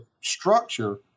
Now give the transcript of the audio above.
structure